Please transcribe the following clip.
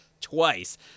twice